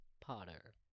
Potter